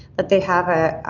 but they have ah